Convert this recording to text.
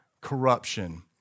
corruption